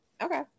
Okay